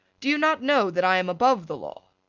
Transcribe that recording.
do not know that i am above the law?